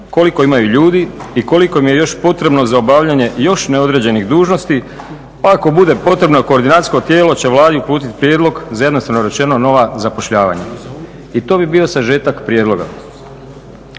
koliko imaju ljudi i koliko im je još potrebno za obavljanje još neodređenih dužnosti pa ako bude potrebno koordinacijsko tijelo će Vladi uputiti prijedlog za jednostavno rečeno nova zapošljavanja. I to bi bio sažetak prijedloga.